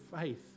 faith